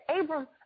Abram